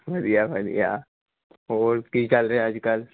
ਵਧੀਆ ਵਧੀਆ ਹੋਰ ਕੀ ਕਰਦੇ ਅੱਜ ਕੱਲ੍ਹ